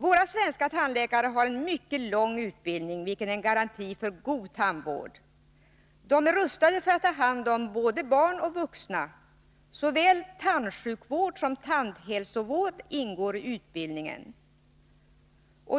Våra svenska tandläkare har en mycket lång utbildning, vilket är en garanti för god tandvård. De är rustade för att ta hand om både barn och vuxna — såväl tandsjukvård som tandhälsovård ingår i utbildningen.